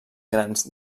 grans